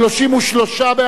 33 בעד,